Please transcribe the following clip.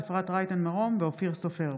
אפרת רייטן מרום ואופיר סופר.